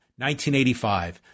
1985